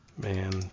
man